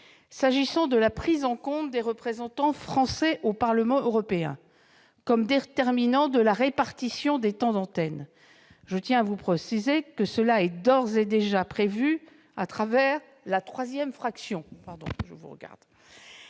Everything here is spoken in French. S'agissant de la prise en compte des représentants français au Parlement européen comme déterminant de la répartition des temps d'antenne, je tiens à préciser que cela est d'ores et déjà prévu au travers de la troisième fraction.